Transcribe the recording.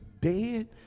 dead